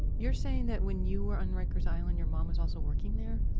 you're saying that when you were on rikers island, your mom was also working there?